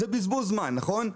זה בזבוז זמן, נכון?